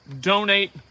donate